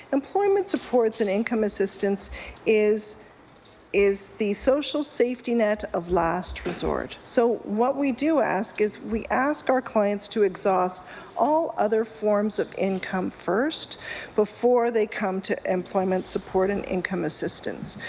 employment supports and income assistance is is the social safety net of last report. so what we do ask is we ask our clients to exhaust all other forms of income first before they come to employment support and income assistance.